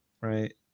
right